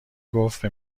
گفتبه